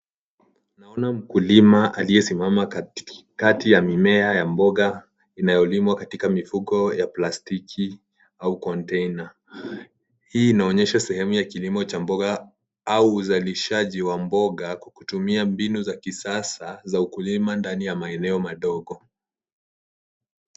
Tunaona mkulima aliyesimama katikati ya mimea ya mboga, inayolimwa katika mifuko ya plastiki, au container . Hii inaonyesha sehemu ya kilimo cha mboga, au uzalishaji wa mboga, kwa kutumia mbinu za kisasa za ukulima ndani ya maeneo madogo.